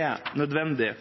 er nødvendig.